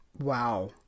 Wow